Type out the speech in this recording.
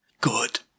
good